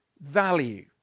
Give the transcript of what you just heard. value